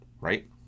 right